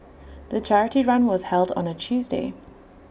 the charity run was held on A Tuesday